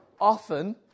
often